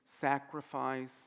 sacrifice